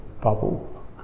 bubble